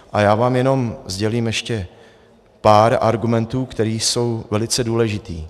A já vám jenom sdělím ještě pár argumentů, které jsou velice důležité.